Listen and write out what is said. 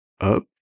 up